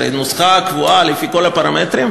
הרי יש נוסחה קבועה לפי כל הפרמטרים.